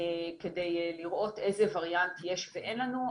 כדי לראות איזה וריאנט יש ואין לנו.